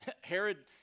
Herod